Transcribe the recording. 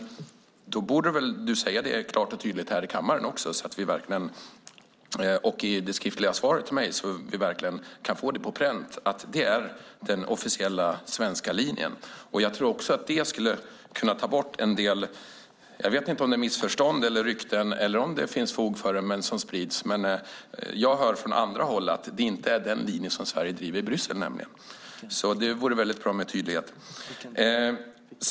Men då borde du väl ha sagt det i det skriftliga svaret till mig, och då borde du säga det klart och tydligt här i kammaren så att vi verkligen kan få på pränt att det är den officiella svenska linjen. Jag tror också att det skulle kunna ta bort en del av det som sprids. Jag vet inte om det är missförstånd eller rykten eller om det finns fog för det. Men jag hör nämligen från andra håll att det inte är den linje som Sverige driver i Bryssel. Det vore därför bra med tydlighet.